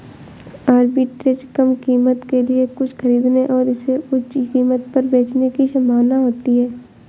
arbitrage कम कीमत के लिए कुछ खरीदने और इसे उच्च कीमत पर बेचने की संभावना होती है